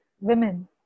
women